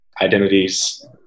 Identities